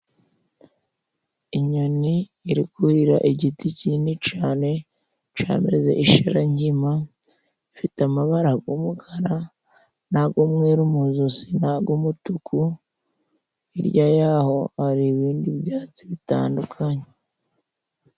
Inyoni iri kurira igiti kinini cane camezeho isharankima, ifite amabara g'umukara n'ag'umweru mu josi n'ag'u mutuku, hirya yaho hari ibindi byatsi bitandukanye.